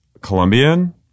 Colombian